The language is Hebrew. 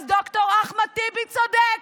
אז ד"ר אחמד טיבי צודק,